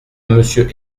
monsieur